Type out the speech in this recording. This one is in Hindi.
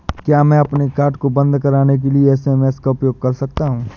क्या मैं अपने कार्ड को बंद कराने के लिए एस.एम.एस का उपयोग कर सकता हूँ?